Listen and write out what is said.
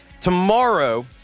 tomorrow